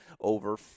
over